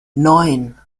neun